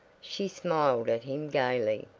she smiled at him gayly.